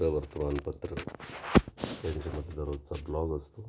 वर्तमानपत्रं त्यांच्या पत्रावरचा जो ब्लॉग असतो